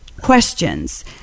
questions